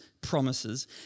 promises